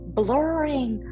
blurring